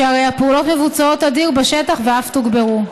שהרי הפעולות מבוצעות תדיר בשטח ואף תוגברו.